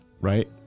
right